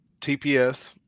TPS